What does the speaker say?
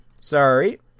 Sorry